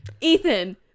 Ethan